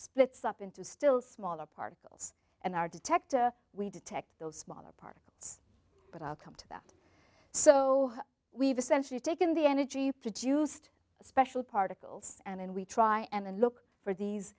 splits up into still smaller particles and our detector we detect those smaller particles but i'll come to that so we've essentially taken the energy produced special particles and we try and look for these